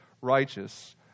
righteous